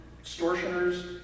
extortioners